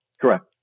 Correct